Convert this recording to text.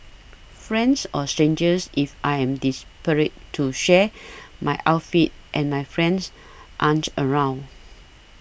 friends or strangers if I am desperate to share my outfit and my friends aren't around